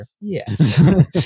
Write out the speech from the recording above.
Yes